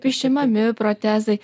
išimami protezai